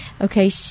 Okay